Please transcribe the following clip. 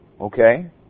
Okay